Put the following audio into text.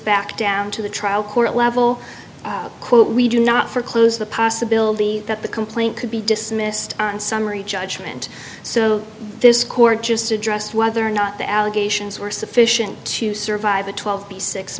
back down to the trial court level we do not for close the possibility that the complaint could be dismissed on summary judgment so this court just addressed whether or not the allegations were sufficient to survive a twelve b six